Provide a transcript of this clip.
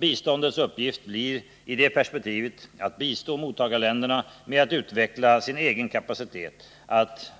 Biståndets uppgift blir i det perspektivet att bistå mottagarländerna med att utveckla sin egen kapacitet att